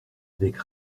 avec